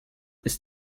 ist